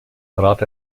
trat